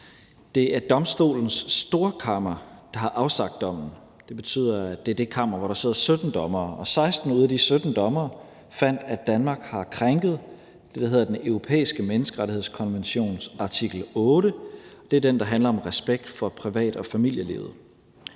Domstolens Storkammer, der har afsagt dommen, og det er det kammer, hvor der sidder 17 dommere. 16 ud af de 17 dommere fandt, at Danmark har krænket det, der hedder Den Europæiske Menneskerettighedskonventions artikel 8, og det er den, der handler om respekt for privat- og familielivet.